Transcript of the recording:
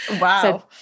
wow